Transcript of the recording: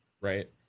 right